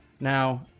now